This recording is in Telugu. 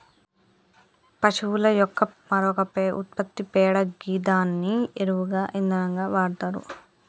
పశువుల యొక్క మరొక ఉత్పత్తి పేడ గిదాన్ని ఎరువుగా ఇంధనంగా వాడతరు